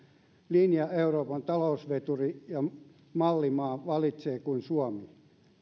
linjan euroopan talousveturi ja mallimaa valitsee kuin suomi